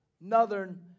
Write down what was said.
Northern